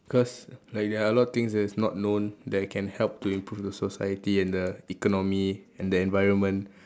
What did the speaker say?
cause like there are a lot of things that is not known that I can help to improve the society and the economy and the environment